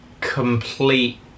complete